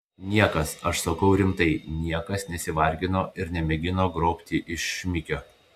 niekas aš sakau rimtai niekas nesivargino ir nemėgino grobti iš šmikio